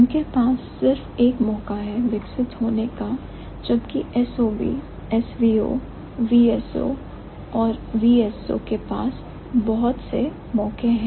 उनके पास सिर्फ एक मौका है विकसित होने का जबकि SOV SVO VSO और VSO के पास बहुत से मौके हैं